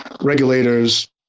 regulators